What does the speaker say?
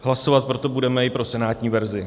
Hlasovat proto budeme i pro senátní verzi.